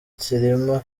cyilima